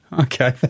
Okay